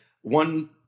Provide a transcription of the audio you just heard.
one